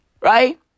Right